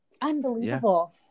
unbelievable